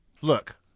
look